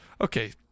Okay